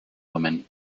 women